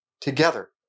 together